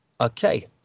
Okay